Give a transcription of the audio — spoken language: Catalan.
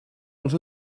els